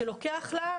שלוקח לה,